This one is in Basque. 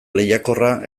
lehiakorra